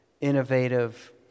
innovative